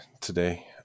today